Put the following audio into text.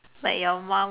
like your mom